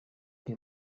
que